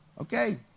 okay